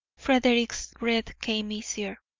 frederick's breath came easier.